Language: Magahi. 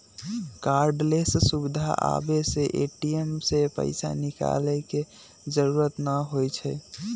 कार्डलेस सुविधा आबे से ए.टी.एम से पैसा निकाले के जरूरत न होई छई